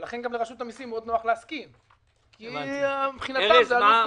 ולכן גם לרשות המסים נוח מאוד להסכים כי מבחינתם זה עלות שולית.